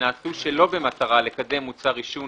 שנעשו שלא במטרה לקדם מוצר עישון,